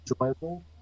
enjoyable